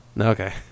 Okay